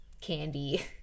candy